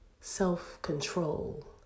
self-control